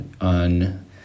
on